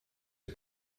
are